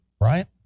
right